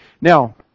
Now